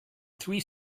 three